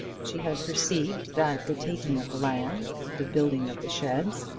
she had perceived that the taking of the land, the building of the sheds,